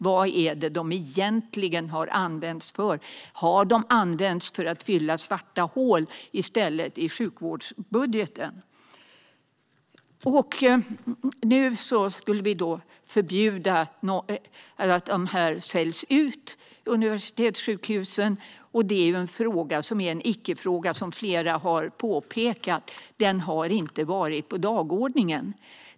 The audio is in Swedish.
Vad har de egentligen använts för? Har de i stället använts för att fylla svarta hål i sjukvårdsbudgeten? Nu ska vi förbjuda att universitetssjukhusen säljs ut, och det är en icke-fråga, som flera här har påpekat. Den har inte varit på dagordningen.